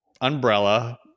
umbrella